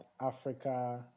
Africa